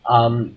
um